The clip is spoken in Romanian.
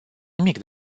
nimic